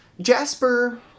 Jasper